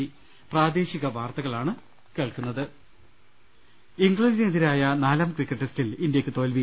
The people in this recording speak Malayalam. ്്്്്്് ഇംഗ്ലണ്ടിനെതിരായ നാലാം ക്രിക്കറ്റ് ടെസ്റ്റിൽ ഇന്ത്യക്ക് തോൽവി